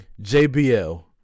JBL